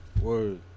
Word